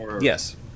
Yes